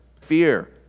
Fear